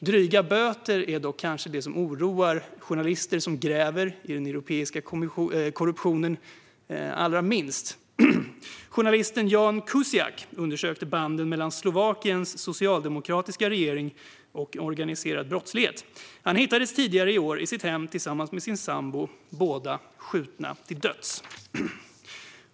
Dryga böter är dock kanske det som oroar journalister som gräver i den europeiska korruptionen allra minst. Journalisten Ján Kuciak undersökte banden mellan Slovakiens socialdemokratiska regering och organiserad brottslighet. Han hittades tidigare i år i sitt hem tillsammans med sin sambo, båda skjutna till döds.